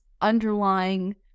underlying